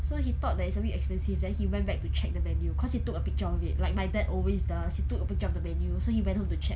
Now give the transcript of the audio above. so he thought that it's a bit expensive then he went back to check the menu cause he took a picture of it like my dad always does he took a picture of the menu so he went home to check